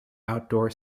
outdoor